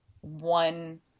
one